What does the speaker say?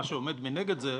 מה שעומד מנגד זה,